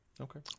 Okay